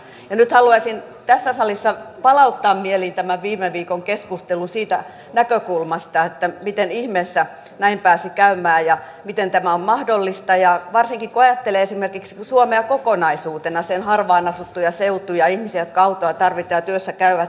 ja nyt haluaisin tässä salissa palauttaa mieliin tämän viime viikon keskustelun siitä näkökulmasta miten ihmeessä näin pääsi käymään ja miten tämä on mahdollista ja varsinkin kun ajattelee esimerkiksi suomea kokonaisuutena sen harvaan asuttuja seutuja ja ihmisiä jotka autoa tarvitsevat ja työssä käyvät